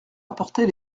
apportées